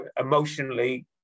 emotionally